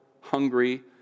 hungry